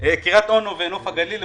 בקריית אונו ונוף הגליל,